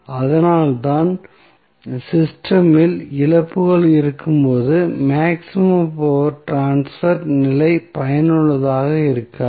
அதனால்தான் சிஸ்டம் இல் இழப்புகள் இருக்கும்போது மேக்ஸிமம் பவர் ட்ரான்ஸ்பர் நிலை பயனுள்ளதாக இருக்காது